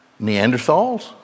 Neanderthals